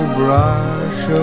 brush